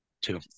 Two